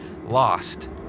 lost